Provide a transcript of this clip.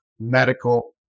medical